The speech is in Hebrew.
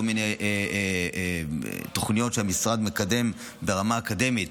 מיני תוכניות שהמשרד מקדם ברמה האקדמית